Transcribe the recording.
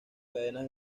cadenas